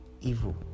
evil